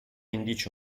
indice